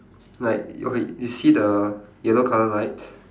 like okay you see the yellow colour light